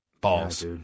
balls